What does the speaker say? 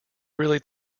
really